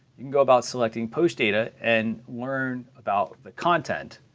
you can go about selecting post data and learn about the content,